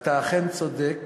אתה אכן צודק.